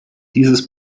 dieses